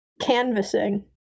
Canvassing